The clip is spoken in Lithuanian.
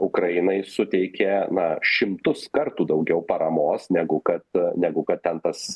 ukrainai suteikė na šimtus kartų daugiau paramos negu kad negu kad ten tas